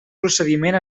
procediment